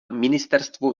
ministerstvo